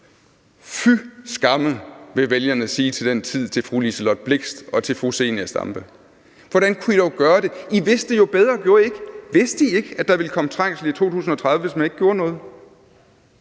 gøre det? vil vælgerne til den tid sige til fru Liselott Blixt og til fru Zenia Stampe. I vidste jo bedre, gjorde I ikke? Vidste I ikke, at der ville komme trængsel i 2030, hvis man ikke gjorde noget?